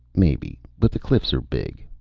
maybe. but the cliffs are big.